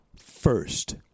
first